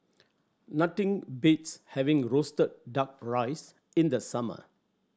nothing beats having roasted Duck Rice in the summer